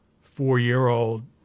four-year-old